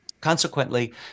consequently